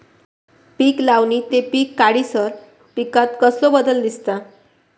पीक लावणी ते पीक काढीसर पिकांत कसलो बदल दिसता?